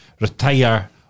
retire